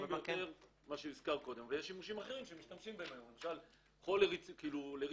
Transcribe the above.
שמשתמשים בהם היום, למשל חול לריצוף.